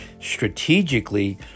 strategically